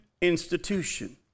institution